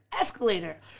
escalator